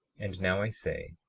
and now i say,